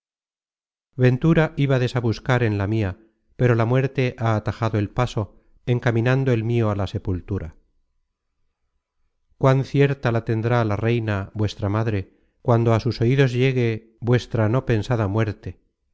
ventura ibades á buscar en la mia pero la muerte ha atajado el paso encaminando el mio á la sepultura cuán cierta la tendrá la reina vuestra madre cuando á sus oidos llegue vuestra no pensada muerte